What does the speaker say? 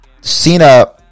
cena